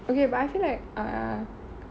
okay but I feel like uh